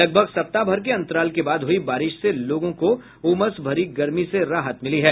लगभग सप्ताह भर के अंतराल के बाद हुई बारिश से लोगों को उमस भरी गर्मी से राहत मिली है